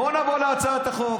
בואו נעבור להצעת החוק.